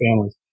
families